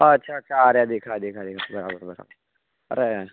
અચ્છા અચ્છા આ રહ્યા દેખાયા દેખાયા બરાબર બરાબર અરે